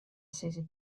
sizze